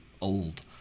old